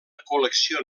col·lecció